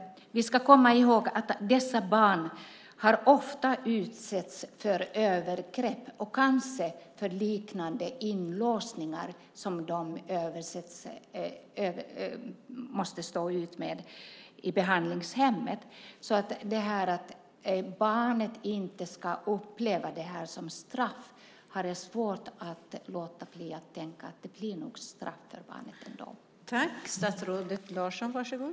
Vi ska komma ihåg att dessa barn ofta har utsatts för övergrepp och kanske liknande inlåsningar som de måste stå ut med på behandlingshemmet. Även om det sägs att barnet inte ska uppleva det här som ett straff har jag svårt att låta bli att tänka att det nog ändå blir ett straff för barnet.